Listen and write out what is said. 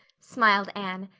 smiled anne,